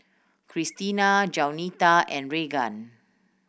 Christena Jaunita and Regan